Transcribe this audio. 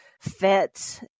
fit